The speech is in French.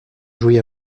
jouy